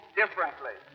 differently